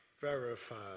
verified